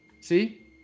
See